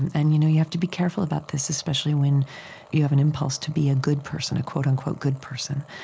and you know, you have to be careful about this, especially when you have an impulse to be a good person a and good person,